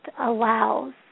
allows